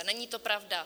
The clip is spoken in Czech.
Není to pravda.